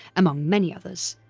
among many others,